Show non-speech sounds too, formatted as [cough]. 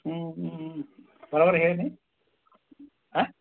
ಹ್ಞೂ ಹ್ಞೂ ಹ್ಞೂ [unintelligible] ಹೇಳಿನಿ ಹಾಂ